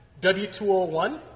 W201